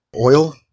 Oil